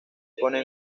pone